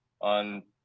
on